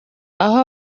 aho